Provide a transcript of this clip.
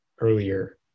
earlier